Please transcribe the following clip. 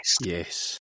Yes